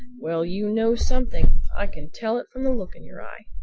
well, you know something. i can tell it from the look in your eye.